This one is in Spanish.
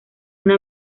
una